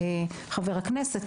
חבר הכנסת,